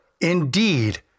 indeed